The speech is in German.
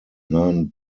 nahen